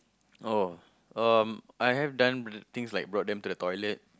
oh um I have done things like brought them to the toilet